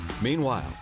Meanwhile